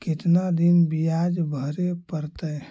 कितना दिन बियाज भरे परतैय?